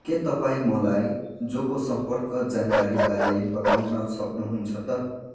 के तपाईँ मलाई जोको सम्पर्क जानकारीबारे बताउन सक्नुहुन्छ त